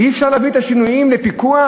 אי-אפשר להביא את השינויים לפיקוח?